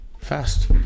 fast